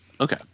Okay